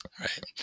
Right